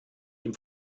ihm